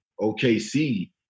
OKC